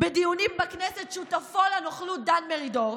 בדיונים בכנסת שותפו לנוכלות דן מרידור?